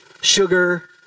Sugar